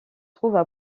trouvent